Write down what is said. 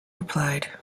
replied